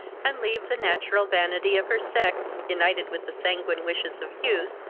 and leave the natural vanity of her sex, united with the sanguine wishes of youth,